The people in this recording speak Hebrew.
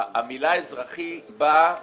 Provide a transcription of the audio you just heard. המילה אזרחי באה